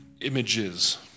images